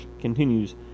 continues